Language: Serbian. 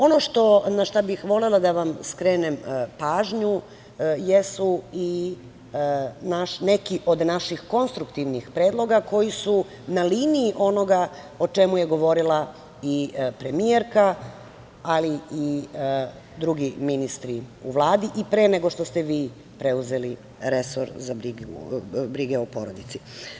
Ono na šta bih volela da vam skrenem pažnju jesu i neki od naših konstruktivnih predloga koji su na liniji onoga o čemu je govorila premijerka, ali i drugi ministri u Vladi i pre nego što ste vi preuzeli resor za brigu o porodici.